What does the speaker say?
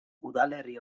udalerri